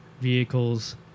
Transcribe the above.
vehicles